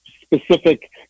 specific